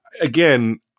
again